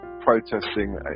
protesting